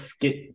get